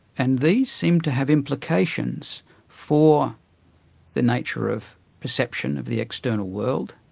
and these seemed to have implications for the nature of perception of the external world,